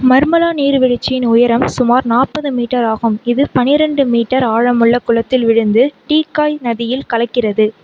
மர்மலா நீர்வீழ்ச்சியின் உயரம் சுமார் நாற்பது மீட்டர் ஆகும் இது பனிரெண்டு மீட்டர் ஆழமுள்ள குளத்தில் விழுந்து டீக்காய் நதியில் கலக்கிறது